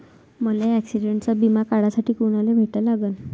मले ॲक्सिडंटचा बिमा काढासाठी कुनाले भेटा लागन?